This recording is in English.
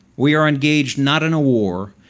we are engaged not in a war,